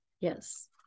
Yes